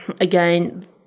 again